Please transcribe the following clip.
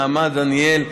נעמה דניאל,